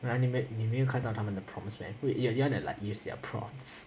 !huh! 你没你没有看到他们的 prompts meh wait you you wanna like use their prompts